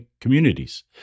communities